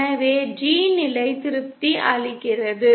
எனவே G நிலை திருப்தி அளிக்கிறது